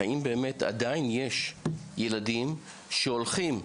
האם באמת עדיין יש ילדים שהולכים,